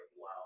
wow